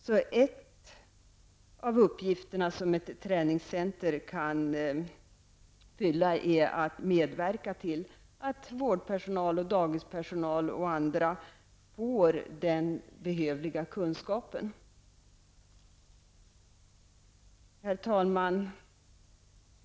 En av de uppgifter som ett träningscenter kan fylla är att medverka till att vårdpersonal, dagispersonal och andra berörda får den behövliga kunskapen. Herr talman!